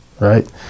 right